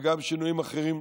גם שינויים אחרים.